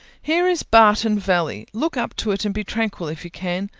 here is barton valley. look up to it, and be tranquil if you can.